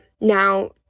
Now